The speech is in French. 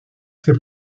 ses